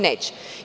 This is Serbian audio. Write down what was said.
Neće.